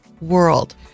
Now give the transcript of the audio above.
world